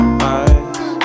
eyes